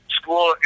school